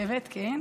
אני חושבת, כן.